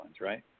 right